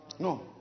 No